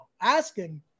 asking